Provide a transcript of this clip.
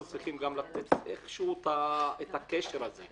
אנחנו צריכים גם לתת את הקשר הזה.